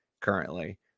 currently